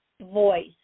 voice